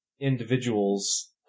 individuals